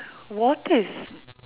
water is